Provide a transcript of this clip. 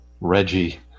Reggie